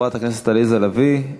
חברת הכנסת עליזה לביא,